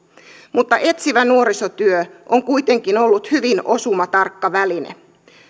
mutta etsivä nuorisotyö on kuitenkin ollut hyvin osumatarkka väline